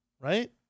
right